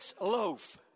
loaf